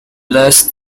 last